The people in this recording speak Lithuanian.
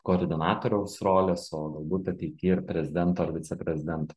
koordinatoriaus rolės o galbūt ateity ir prezidento ar viceprezidento